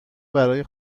برای